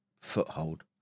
foothold